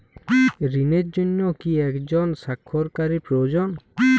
ঋণের জন্য কি একজন স্বাক্ষরকারী প্রয়োজন?